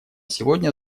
сегодня